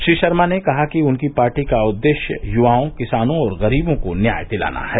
श्री शर्मा ने कहा कि उनकी पार्टी का उद्देश्य युवाओं किसानों और गरीबों को न्याय दिलाना है